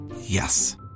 Yes